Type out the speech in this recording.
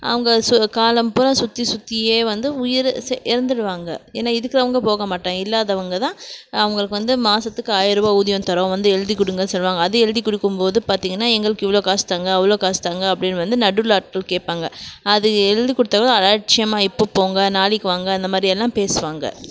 அவங்க காலம் பூரா சுற்றி சுற்றியே வந்து உயிர் இறந்துருவாங்க ஏன்னால் இருக்கிறவங்க போக மாட்டோம் இல்லாதவங்க தான் அவங்களுக்கு வந்து மாதத்துக்கு ஆயிரம் ரூபா ஊதியம் தரோம் வந்து எழுதி கொடுங்கன்னு சொல்லுவாங்க அதுவும் எழுதி கொடுக்கும்போது பார்த்திங்கனா எங்களுக்கு இவ்வளோ காசு தாங்க அவ்வளோ காசு தாங்க அப்படின்னு வந்து நடுவில் ஆட்கள் கேட்பாங்க அது எழுதி கொடுத்தாலும் அலட்சியமாக இப்போது போங்க நாளைக்கு வாங்க அந்த மாதிரியெல்லாம் பேசுவாங்க